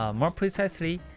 ah more precisely,